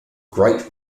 great